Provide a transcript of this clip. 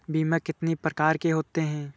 बीमा कितनी प्रकार के होते हैं?